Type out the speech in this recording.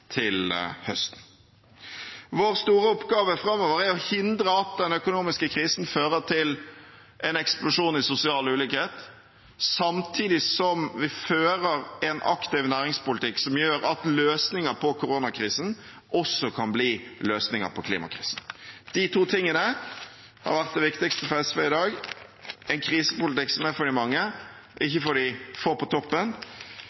til høsten. Vår store oppgave framover er å hindre at den økonomiske krisen fører til en eksplosjon i sosial ulikhet, samtidig som vi fører en aktiv næringspolitikk som gjør at løsningen på koronakrisen også kan bli løsningen for klimakrisen. De to tingene har vært det viktigste for SV i dag – en krisepolitikk som er for de mange,